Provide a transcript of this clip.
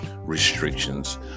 restrictions